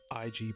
IG